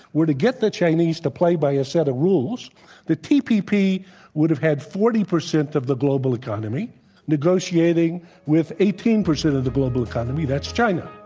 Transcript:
were to get the chinese to play by a set of rules the tpp would've had forty percent of the global economy negotiating with eighteen percent of the global economy, that's china.